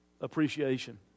Appreciation